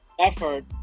effort